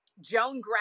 joan